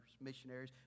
missionaries